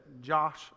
Josh